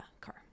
car